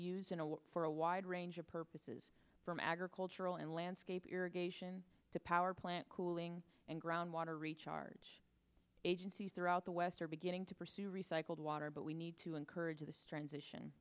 used for a wide range of purposes from agricultural and landscape irrigation to power plant cooling and ground water recharge agencies throughout the west are beginning to pursue recycled water but we need to encourage the strains ition